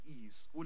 ease